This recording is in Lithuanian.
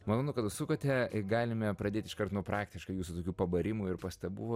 malonu kad užsukote galime pradėti iškart nuo praktiškai jūsų tokių pabarimų ir pastabų